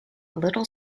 little